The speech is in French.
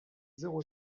zéro